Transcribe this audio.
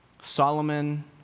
Solomon